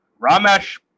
Ramesh